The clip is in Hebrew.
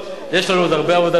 יש לנו עוד הרבה עבודה לעשות.